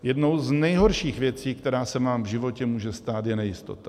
Jednou z nejhorších věcí, která se nám v životě může stát, je nejistota.